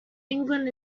england